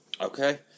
Okay